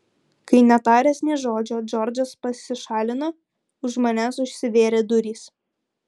kai netaręs nė žodžio džordžas pasišalino už manęs užsivėrė durys